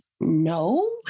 no